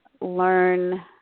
learn